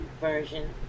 version